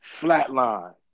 Flatline